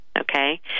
Okay